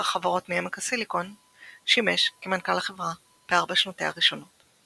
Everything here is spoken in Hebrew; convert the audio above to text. חברות מעמק הסיליקון – שימש כמנכ"ל החברה בארבע שנותיה הראשונות.